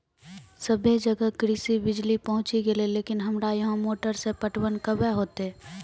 सबे जगह कृषि बिज़ली पहुंची गेलै लेकिन हमरा यहाँ मोटर से पटवन कबे होतय?